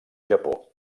japó